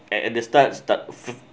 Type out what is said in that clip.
at the start start